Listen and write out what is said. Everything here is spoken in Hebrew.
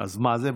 אז מה זה?